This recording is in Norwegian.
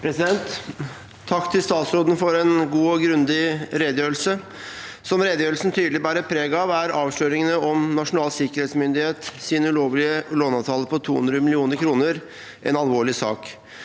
Takk til statsråden for en god og grundig redegjørelse. Som redegjørelsen tydelig bærer preg av, er avsløringene om Nasjonal sikkerhetsmyndighets ulovlige låneavtale på 200 mill. kr en alvorlig sak,